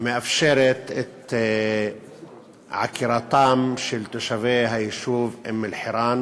המאפשרת לעקור את תושבי היישוב אום-אלחיראן